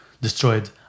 destroyed